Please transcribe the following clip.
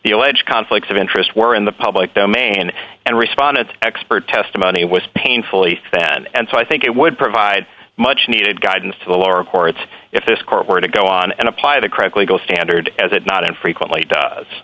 the alleged conflicts of interest were in the public domain and respond that expert testimony was painfully thin and so i think it would provide much needed guidance to the lower courts if this court were to go on and apply the crack legal standard as it not infrequently does